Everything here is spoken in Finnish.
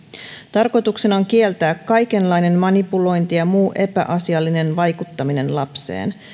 tarkoituksena on kieltää kaikenlainen manipulointi ja muu epäasiallinen vaikuttaminen lapseen